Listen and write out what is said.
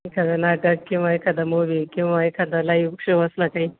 एखादं नाटक किंवा एखादा मूव्ही किंवा एखादा लाईव्ह शो असला काही